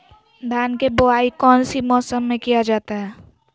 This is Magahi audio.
धान के बोआई कौन सी मौसम में किया जाता है?